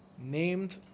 named